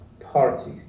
party